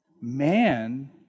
Man